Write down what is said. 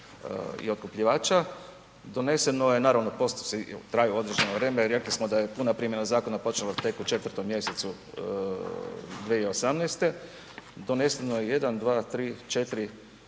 i otkupljivača. Doneseno je naravno postupci traju određeno vrijeme, rekli smo da je puna primjena zakona počela tek u 4 mjesecu 2018., doneseno je 6 odluka,